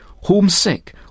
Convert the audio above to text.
homesick